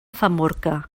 famorca